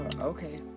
Okay